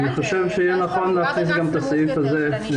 אני חושב שיהיה נכון להכניס גם את הסעיף הזה.